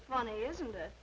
funny isn't it